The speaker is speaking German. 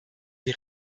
die